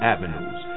Avenues